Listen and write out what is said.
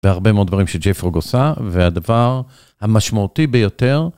בהרבה מאוד דברים שג'ייפרוג עושה, והדבר המשמעותי ביותר...